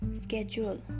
schedule